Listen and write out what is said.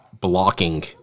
blocking